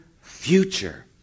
future